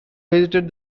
visited